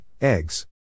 Eggs